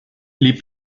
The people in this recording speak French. les